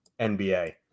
NBA